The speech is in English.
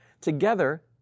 together